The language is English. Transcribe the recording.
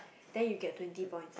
then you get twenty point